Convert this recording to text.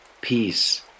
peace